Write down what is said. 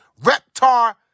Reptar